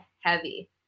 heavy